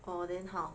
orh then how